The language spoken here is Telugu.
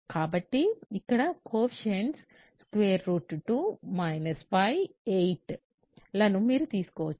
కాబట్టి ఇక్కడ కోయెఫిషియంట్స్ 2 8 లను మీరు తీసుకోవచ్చు